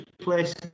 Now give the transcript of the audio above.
place